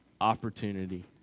opportunity